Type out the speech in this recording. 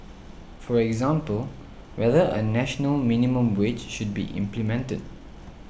for example whether a national minimum wage should be implemented